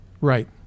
Right